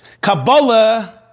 Kabbalah